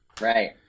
Right